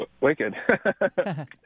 Wicked